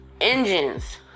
engines